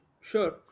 sure